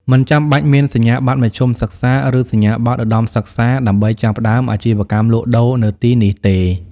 មិនចាំបាច់មានសញ្ញាបត្រមធ្យមសិក្សា ឬសញ្ញាបត្រឧត្ដមសិក្សាដើម្បីចាប់ផ្តើមអាជីវកម្មលក់ដូរនៅទីនេះទេ។